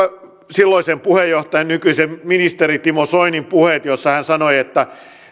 silloisen puheenjohtajan nykyisen ministeri timo soinin puheet ennen vaaleja joissa hän sanoi että